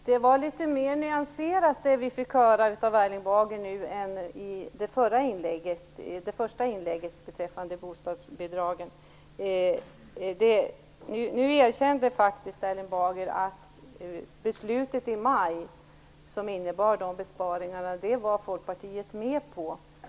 Fru talman! Det vi nu fick höra av Erling Bager var litet mer nyanserat än det första inlägget om bostadsbidragen. Nu erkände Erling Bager att beslutet i maj, som innebar besparingar, var Folkpartiet med på.